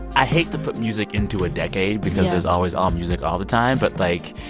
i hate to put music into a decade because there's always all music all the time. but, like,